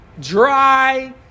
dry